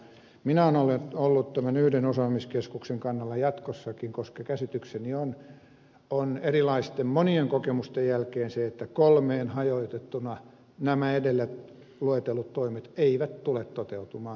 minä olen ollut tämän yhden osaamiskeskuksen kannalla jatkossakin koska käsitykseni on erilaisten monien kokemusten jälkeen se että kolmeen hajotettuna nämä edellä luetellut toimet eivät tule toteutumaan